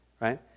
right